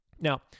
Now